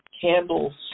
candles